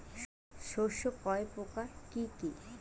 শস্য কয় প্রকার কি কি?